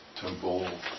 Temple